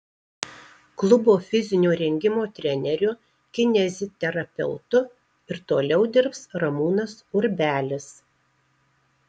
klubo fizinio rengimo treneriu kineziterapeutu ir toliau dirbs ramūnas urbelis